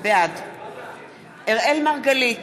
בעד אראל מרגלית,